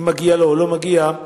אם מגיע לו או לא מגיע לו,